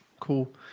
cool